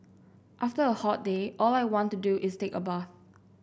after a hot day all I want to do is take a bath